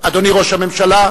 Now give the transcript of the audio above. אדוני ראש הממשלה,